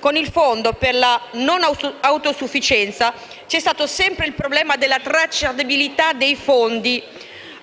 con il fondo per la non autosufficienza c'è stato sempre il problema della tracciabilità dei fondi.